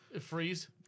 freeze